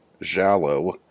Jalo